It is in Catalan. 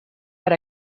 per